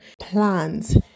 plans